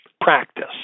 practice